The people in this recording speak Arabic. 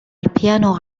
البيانو